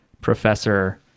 professor